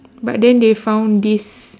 but then they found this